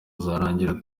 uzarangira